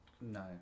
No